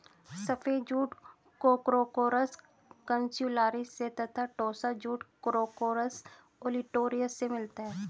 सफ़ेद jute corchorus capsularis से तथा टोस्सा जूट कोर्कोरस ओलिटोरियस से मिलता है